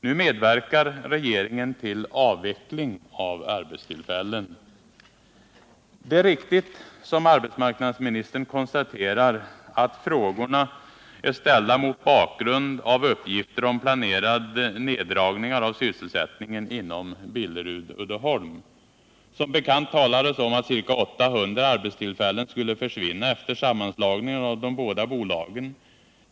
Nu medverkar regeringen till avveckling av arbetstillfällen. Det är riktigt, som arbetsmarknadsministern konstaterar, att frågorna är ställda mot bakgrund av uppgifter om planerade neddragningar av sysselsättningen inom bl.a. Billerud-Uddeholm. Som bekant talades det om att ca 800 arbetstillfällen skulle försvinna efter sammanslagningen av de båda bolagen.